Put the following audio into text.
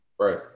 Right